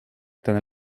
ten